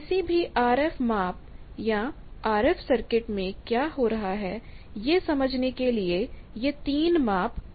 किसी भी आरएफ माप या आरएफ सर्किट में क्या हो रहा है यह समझने के लिए ये 3 माप आवश्यक हैं